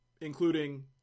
including